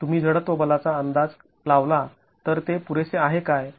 तुम्ही जडत्त्व बलाचा अंदाज लावला तर ते पुरेसे आहे काय